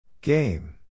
Game